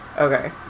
Okay